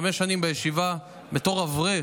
חמש שנים בישיבה בתור אברך